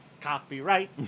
copyright